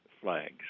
flags